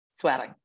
sweating